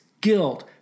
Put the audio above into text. guilt